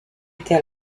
était